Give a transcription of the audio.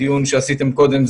דיון שעשיתם קודם,